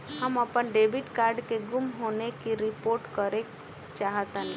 हम अपन debit card के गुम होने की रिपोर्ट करे चाहतानी